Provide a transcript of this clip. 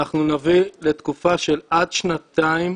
אנחנו נביא לתקופה של עד שנתיים